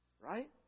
right